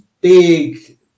big